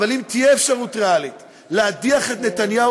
אבל אם תהיה אפשרות ריאלית להדיח את נתניהו